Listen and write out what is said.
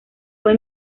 fue